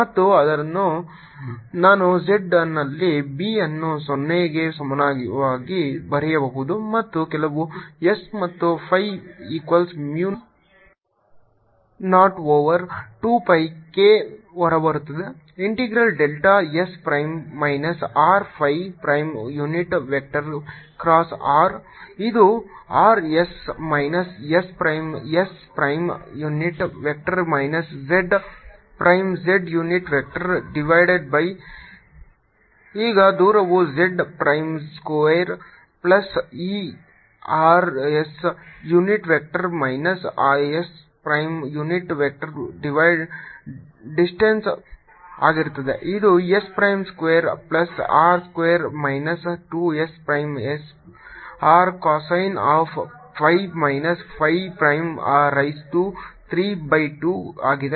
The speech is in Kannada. ಮತ್ತು ಆದ್ದರಿಂದ ನಾನು z ನಲ್ಲಿ B ಅನ್ನು 0 ಗೆ ಸಮಾನವಾಗಿ ಬರೆಯಬಹುದು ಮತ್ತು ಕೆಲವು s ಮತ್ತು pi equals mu 0 over 2 pi k ಹೊರಬರುತ್ತದೆ integral delta s prime minus R phi prime unit vector cross r ಇದು r s minus s prime s prime unit vector minus z prime z unit vector divided by jrkδs Rrrsrsszz Bz0sϕ 0k2πs Rrs ss zzz2s2r2 2srcosϕ 32sdsdϕdz 0k2πrs Rs zzz2R2r2 2Rrcosϕ 32Rdϕdz ಈಗ ದೂರವು z ಪ್ರೈಮ್ ಸ್ಕ್ವೇರ್ ಪ್ಲಸ್ ಈ r s unit vector minus s prime unit vector distance ಆಗಿರುತ್ತದೆ ಇದು s prime square plus r square minus 2 s prime r cosine of phi minus phi prime raise to 3 by 2 ಆಗಿದೆ